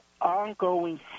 ongoing